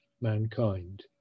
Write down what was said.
mankind